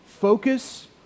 Focus